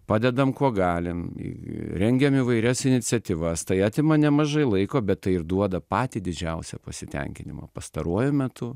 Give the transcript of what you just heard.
padedam kuo galim rengiam įvairias iniciatyvas tai atima nemažai laiko bet tai ir duoda patį didžiausią pasitenkinimą pastaruoju metu